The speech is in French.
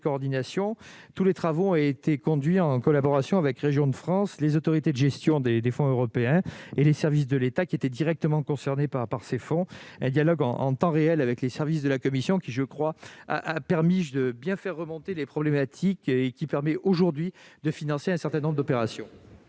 tous ses travaux en collaboration avec Régions de France, avec les autorités de gestion des fonds européens et avec les services de l'État qui étaient directement concernés par ces fonds. Un dialogue en temps réel avec les services de la Commission a permis de bien faire remonter les problématiques et permet aujourd'hui de financer un certain nombre d'opérations.